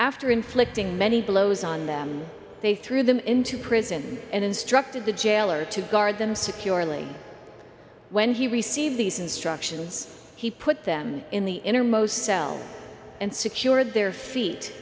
after inflicting many blows on them they threw them into prison and instructed the jailer to guard them securely when he received these instructions he put them in the innermost self and secured their feet